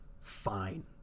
fine